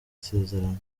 isezerano